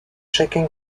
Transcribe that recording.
chacun